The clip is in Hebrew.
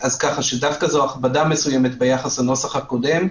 אז ככה שזו דווקא הכבדה מסוימת ביחס לנוסח הקודם.